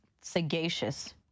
sagacious